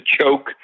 choke